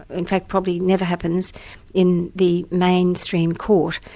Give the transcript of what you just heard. in fact probably never happens in the mainstream court,